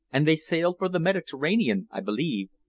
and they sailed for the mediterranean, i believe.